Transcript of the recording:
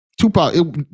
Tupac